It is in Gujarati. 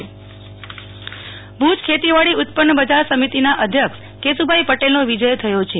નેહલ ઠકકર ખેત બજાર સમિતિ ભુજ ખેતીવાડી ઉત્પન્ન બજાર સમિતિના અધ્યક્ષ કેશુભાઈ પટેલનો વિજય થયો છે